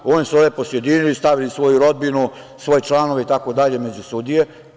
Oni su se lepo sjedinili, stavili svoju rodbinu, svoje članove među sudije.